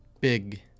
big